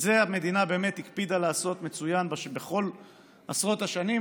את זה המדינה באמת הקפידה לעשות מצוין בכל עשרות השנים,